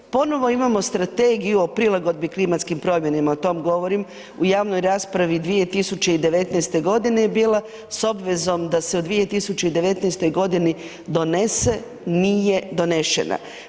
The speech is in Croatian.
Ponovo imamo strategiju o prilagodbi klimatskim promjenama, o tom govorim u javnoj raspravi 2019. godini je bila s obvezom da se u 2019. godini donese, nije donešena.